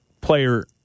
player